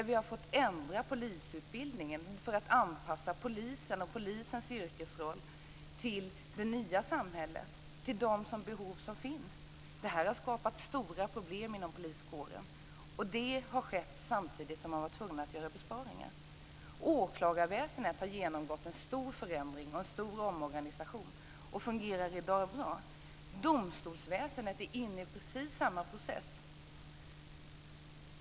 Vi har fått ändra polisutbildningen för att anpassa polisens yrkesroll till det nya samhället och till de behov som finns. Det har skapat stora problem inom poliskåren. Detta har skett samtidigt som man har varit tvungen att göra besparingar. Åklagarväsendet har genomgått en stor förändring och en stor omorganisation och fungerar bra i dag. Domstolsväsendet är inne i precis samma process.